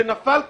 שנפל כאן,